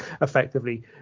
effectively